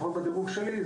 לפחות בדירוג שלי,